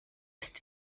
ist